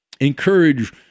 encourage